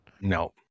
No